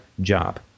job